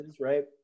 right